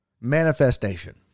manifestation